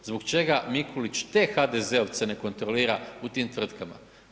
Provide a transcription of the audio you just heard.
Zbog čega Mikulić te HDZ-ovce ne kontrolira u tim tvrtkama?